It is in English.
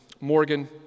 morgan